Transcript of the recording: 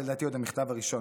לדעתי זה עוד המכתב הראשון,